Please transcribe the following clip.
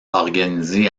organisé